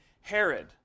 Herod